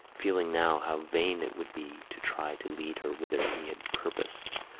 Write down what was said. feeling now how vain it would be to try to lead her whither he had purposed,